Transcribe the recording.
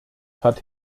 hat